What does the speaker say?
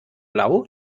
blau